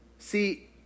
See